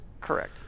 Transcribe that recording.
correct